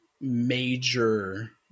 major